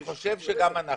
אני אתן לך דוגמה,